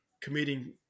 committing